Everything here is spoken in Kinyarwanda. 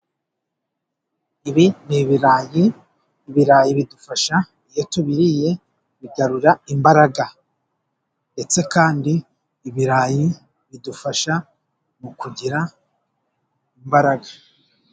Ibi ni ibirayi. Ibirayi bidufasha iyo tubiriye, bigarura imbaraga. Ndetse kandi, ibirayi bidufasha mu kugira imbaraga.